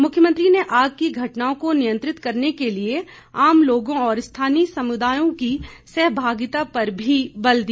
मुख्यमंत्री ने आग की घटनाओं को नियंत्रित करने के लिए आम लोगों और स्थानीय समुदायों की सहभागिता पर भी बल दिया